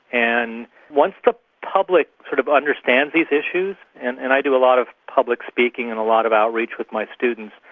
and once the public sort of understands these issues, and and i do a lot of public speaking, and a lot of outreach with my students,